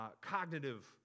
cognitive